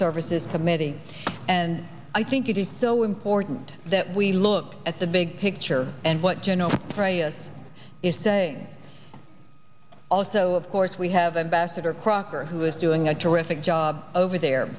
services committee and i think it is so important that we look at the big picture and what general petraeus is saying also of course we have ambassador crocker who is doing a terrific job over there